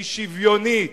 והיא שוויונית,